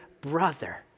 brother